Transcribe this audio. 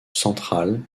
centrales